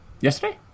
Yesterday